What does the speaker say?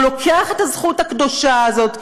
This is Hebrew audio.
הוא לוקח את הזכות הקדושה הזאת,